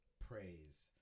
praise